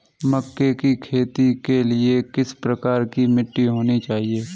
मक्के की खेती के लिए किस प्रकार की मिट्टी होनी चाहिए?